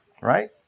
Right